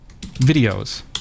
videos